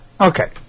Okay